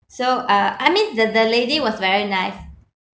so uh I mean the the lady was very nice